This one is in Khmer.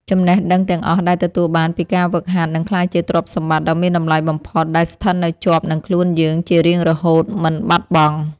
ចំណេះដឹងទាំងអស់ដែលទទួលបានពីការហ្វឹកហាត់នឹងក្លាយជាទ្រព្យសម្បត្តិដ៏មានតម្លៃបំផុតដែលស្ថិតនៅជាប់នឹងខ្លួនយើងជារៀងរហូតមិនបាត់បង់។